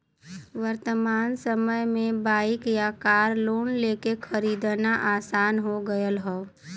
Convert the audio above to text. वर्तमान समय में बाइक या कार लोन लेके खरीदना आसान हो गयल हौ